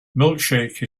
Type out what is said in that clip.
milkshake